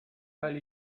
weil